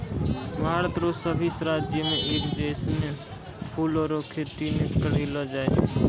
भारत रो सभी राज्य मे एक जैसनो फूलो रो खेती नै करलो जाय छै